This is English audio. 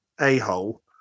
a-hole